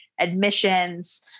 admissions